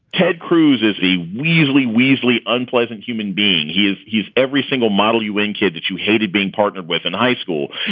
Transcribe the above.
ted cruz is the weaselly, weasely, unpleasant human being. he is. he's every single model you win kid that you hated being partnered with in high school.